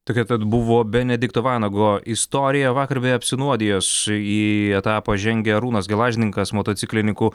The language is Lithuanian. tokia tat buvo benedikto vanago istorija vakar beje apsinuodijęs į etapą žengė arūnas gelažninkas motociklininkų